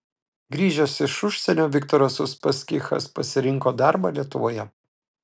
grįžęs iš užsienio viktoras uspaskichas pasirinko darbą lietuvoje